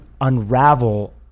unravel